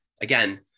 again